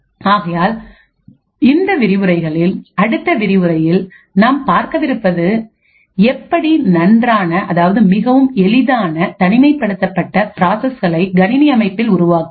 ஆகையால் இந்த விரிவுரைகளின் அடுத்த விரிவுரையில் நாம் பார்க்கவிருப்பது எப்படி நன்றான அதாவது மிகவும் எளிதான தனிமைப்படுத்தப்பட்ட ப்ராசஸ்களை கணினி அமைப்பில் உருவாக்குவது